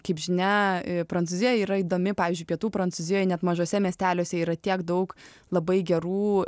kaip žinia prancūzija yra įdomi pavyzdžiui pietų prancūzijoj net mažuose miesteliuose yra tiek daug labai gerų